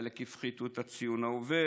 חלק הפחיתו את הציון העובר,